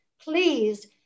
Please